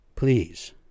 Please